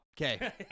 Okay